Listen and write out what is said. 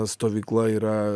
stovykla yra